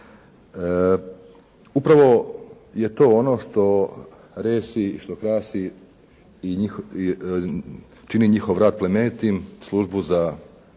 Upravo je to on što resi, što krasi i čini njihov rad plemenitim, službu za